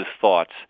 thoughts